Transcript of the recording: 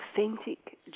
authentic